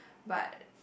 but